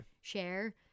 share